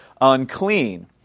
unclean